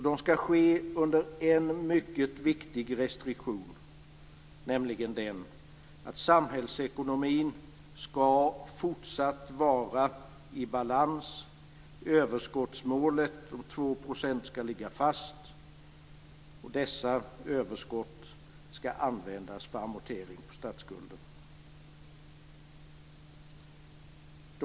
De skall ske under en mycket viktig restriktion, nämligen den att samhällsekonomin skall fortsatt vara i balans, att överskottsmålet om 2 % skall ligga fast och att dessa överskott skall användas för amortering på statsskulden.